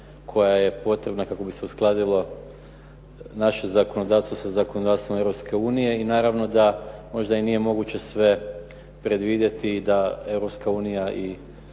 koja je potrebna kako bi se uskladilo naše zakonodavstvo sa zakonodavstvom Europske unije i naravno da možda i nije moguće sve predvidjeti da